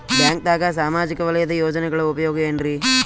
ಬ್ಯಾಂಕ್ದಾಗ ಸಾಮಾಜಿಕ ವಲಯದ ಯೋಜನೆಗಳ ಉಪಯೋಗ ಏನ್ರೀ?